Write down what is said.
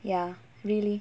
ya really